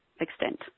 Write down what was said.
extent